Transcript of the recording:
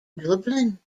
dublin